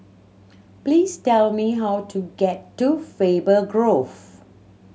please tell me how to get to Faber Grove